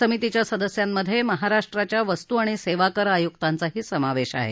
समितीच्या सदस्यांमधे महाराष्ट्राच्या वस्तू आणि सेवा कर आयुक्तांचा समावेश आहे